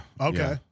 okay